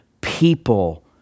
people